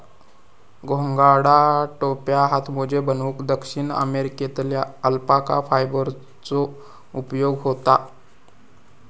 घोंगडा, टोप्यो, हातमोजे बनवूक दक्षिण अमेरिकेतल्या अल्पाका फायबरचो उपयोग होता